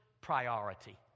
priority